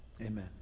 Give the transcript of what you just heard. Amen